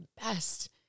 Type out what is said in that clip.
best